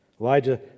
Elijah